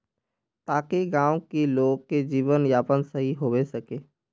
ताकि गाँव की लोग के जीवन यापन सही होबे सके?